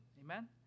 Amen